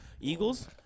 Eagles